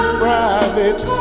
private